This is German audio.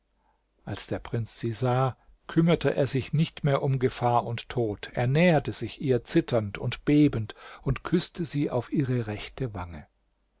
als der prinz sie sah kümmerte er sich nicht mehr um gefahr und tod er nähert sich ihr zitternd und bebend und küßte sie auf ihre rechte wange